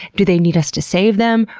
do they need us to save them?